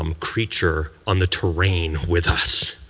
um creature on the terrain with us?